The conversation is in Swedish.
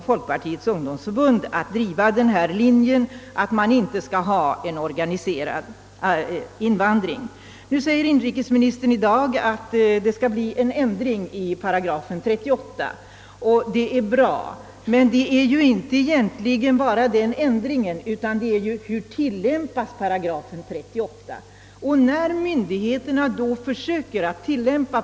Folkpartiets ungdomsförbund har fortsatt att driva den linjen att vi inte skall ha en organiserad invandring. I dag säger inrikesministern, att det skall bli en ändring i 38 § i utlänningskungörelsen, och det är bra. Det väsentliga är emellertid inte att 38 § ändras, utan att den tillämpas.